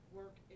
work